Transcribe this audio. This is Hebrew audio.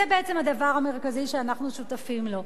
זה בעצם הדבר המרכזי שאנחנו שותפים לו.